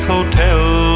Hotel